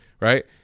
right